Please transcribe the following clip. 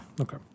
Okay